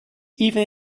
even